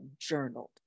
journaled